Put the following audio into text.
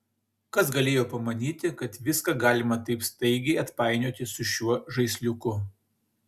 kas galėjo pamanyti kad viską galima taip staigiai atpainioti su šiuo žaisliuku